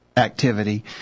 activity